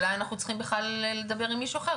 אולי אנחנו צריכים בכלל עם מישהו אחר,